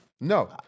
No